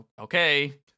Okay